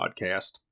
Podcast